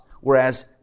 Whereas